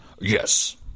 Yes